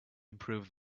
improve